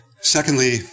Secondly